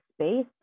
space